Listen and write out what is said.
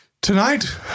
tonight